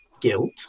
guilt